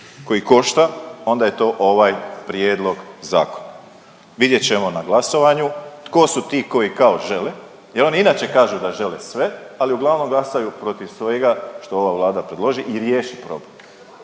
koji košta, onda je to ovaj prijedlog zakona. Vidjet ćemo na glasovanju tko su ti koji kao žele, jer oni inače kažu da žele sve, ali uglavnom glasaju protiv svega što ova Vlada predloži i riješi problem.